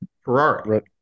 Ferrari